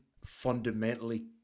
Fundamentally